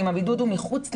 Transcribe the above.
אם הבידוד הוא מחוץ לגן.